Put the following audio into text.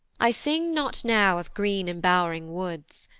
i sing not now of green embow'ring woods,